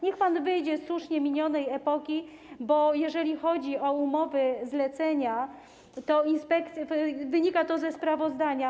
Niech pan wyjdzie ze słusznie minionej epoki, bo jeżeli chodzi o umowy zlecenia, to inspekcja, jak wynika ze sprawozdania.